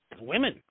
women